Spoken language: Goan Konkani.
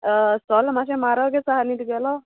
होय चोल मातशें म्हारग येस आहा न्ही तुगेलो